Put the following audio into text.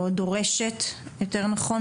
או דורשת יותר נכון,